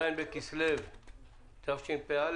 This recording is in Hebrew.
ז' בכסלו תשפ"א.